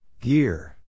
Gear